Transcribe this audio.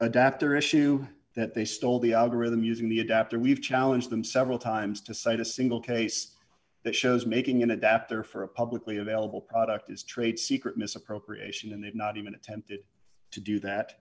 adapter issue that they stole the algorithm using the adapter we've challenge them several times to cite a single case that shows making an adapter for a publicly available product is trade secret misappropriation and they've not even attempted to do that